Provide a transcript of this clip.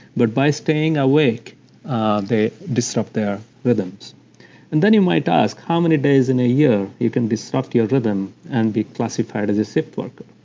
but by staying awake they disrupt their rhythms and then you might ask, how many days in a year you can disrupt your rhythm and be classified as a shift worker?